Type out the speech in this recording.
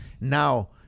Now